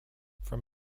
from